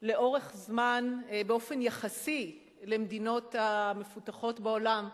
לאורך זמן באופן יחסי למדינות המפותחות בעולם,